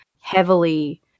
heavily